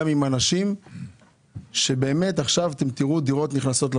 עם אנשים שאמרו שעכשיו תראו דירות נכנסות לשוק,